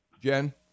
Jen